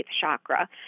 chakra